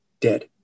dead